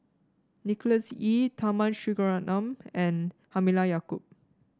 Nicholas Ee Tharman Shanmugaratnam and Halimah Yacob